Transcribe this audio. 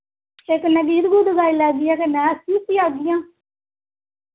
ते कन्नै गीत गूत गाई लैगियां कन्नै हस्सी हुस्सी आगियां